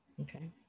Okay